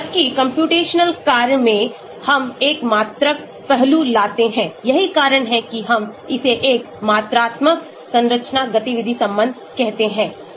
जबकि कम्प्यूटेशनल कार्य में हम एक मात्रात्मक पहलू लाते हैं यही कारण है कि हम इसे एक मात्रात्मक संरचना गतिविधि संबंध कहते हैं